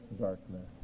darkness